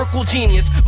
genius